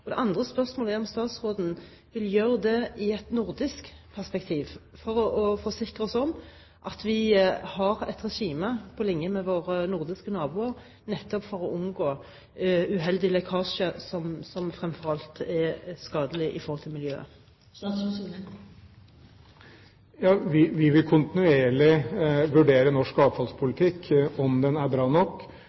Det andre spørsmålet er om statsråden vil gjøre det i et nordisk perspektiv for å forsikre oss om at vi har et regime på linje med våre nordiske naboer nettopp for å unngå uheldige lekkasjer, som fremfor alt er skadelig for miljøet. Vi vil kontinuerlig vurdere om norsk avfallspolitikk er bra nok. Hvis vi ser store behov for forbedringer, vil vi selvfølgelig komme til Stortinget med det. Jeg er